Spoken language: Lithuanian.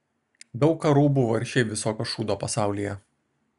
daug karų buvo ir šiaip visokio šūdo pasaulyje